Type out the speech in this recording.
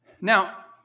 Now